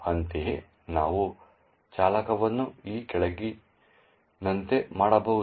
ಅಂತೆಯೇ ನಾವು ಚಾಲಕವನ್ನು ಈ ಕೆಳಗಿನಂತೆ ಮಾಡಬಹುದು